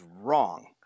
wrong